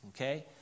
okay